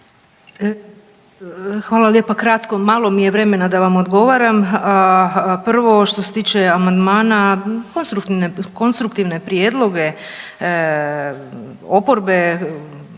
Hvala lijepa. Kratko. Malo mi je vremena da vam odgovaram. Prvo što se tiče amandmana konstruktivne prijedloge oporbe